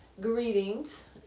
greetings